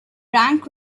rank